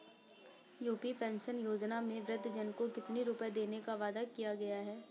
UP pension योजना में वृद्धजन को कितनी रूपये देने का वादा किया गया है?